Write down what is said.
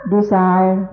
Desire